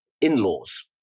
in-laws